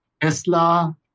Tesla